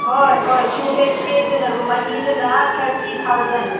ꯍꯣꯏ ꯍꯣꯏ ꯇꯨ ꯕꯦꯗꯁꯀꯦꯗꯨꯅ ꯔꯨꯝ ꯑꯅꯤꯗꯨꯅ ꯊꯥꯔꯇꯤ ꯊꯥꯎꯖꯟ